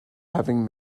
having